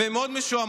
והם מאוד משועממים.